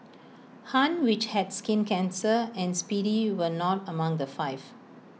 han which had skin cancer and speedy were not among the five